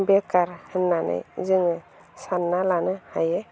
बेखार होन्नानै जोङो सान्ना लानो हायो